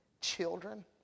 children